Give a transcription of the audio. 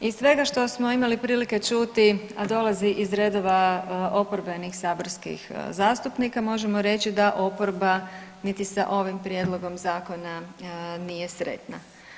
Iz svega što smo imali prilike čuti, a dolazi iz redova oporbenih saborskih zastupnika možemo reći da oporba niti sa ovim prijedlogom zakona nije sretna.